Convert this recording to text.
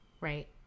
right